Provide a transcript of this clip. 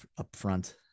upfront